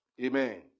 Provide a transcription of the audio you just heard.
Amen